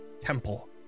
temple